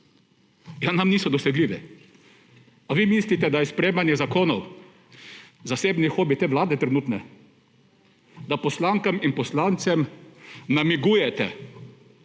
Ker nam niso dosegljivi! Ali vi mislite, da je sprejemanje zakonov zasebni hobi te trenutne vlade, da poslankam in poslancem namigujete,